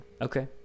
Okay